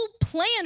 plan